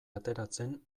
ateratzen